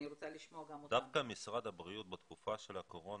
דווקא משרד הבריאות בתקופה של הקורונה